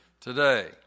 today